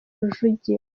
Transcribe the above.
rujugiro